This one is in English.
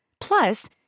Plus